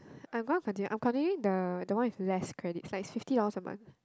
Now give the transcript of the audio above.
I'm gonna continue I'm continuing the the one with less credit like fifty dollars a month